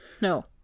No